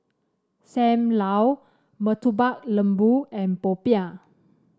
Sam Lau Murtabak Lembu and popiah